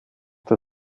der